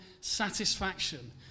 satisfaction